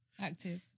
active